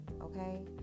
okay